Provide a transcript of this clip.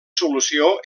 solució